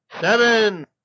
seven